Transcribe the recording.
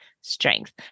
strength